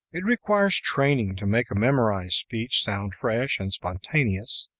it requires training to make a memorized speech sound fresh and spontaneous,